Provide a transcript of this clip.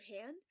hand